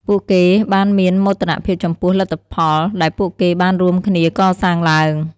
ពួកគេបានមានមោទនភាពចំពោះលទ្ធផលដែលពួកគេបានរួមគ្នាកសាងឡើង។